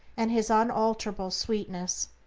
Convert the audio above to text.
and his unalterable sweetness.